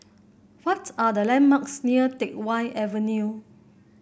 what are the landmarks near Teck Whye Avenue